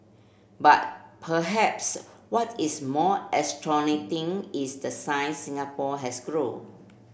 but perhaps what is more astounding is the size Singapore has grown